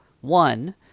One